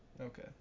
Okay